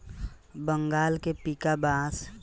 बंगाल के पीका बांस बहुते नामी बावे